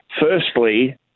Firstly